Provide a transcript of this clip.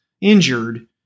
injured